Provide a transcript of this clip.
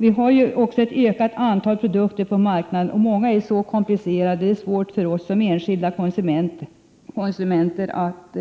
Vi har också ett ökat antal produkter på marknaden, och många av dem är så komplicerade att det är svårt för oss som enskilda konsumenter att